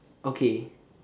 okay